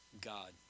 God